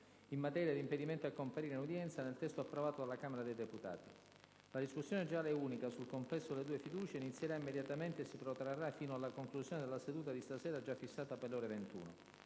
in materia di impedimento a comparire in udienza, nel testo approvato dalla Camera dei deputati. La discussione generale unica sul complesso delle due fiducie inizierà immediatamente e si protrarrà fino alla conclusione della seduta di stasera, già fissata per le ore 21.